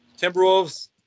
Timberwolves